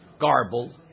garbled